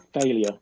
Failure